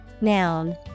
Noun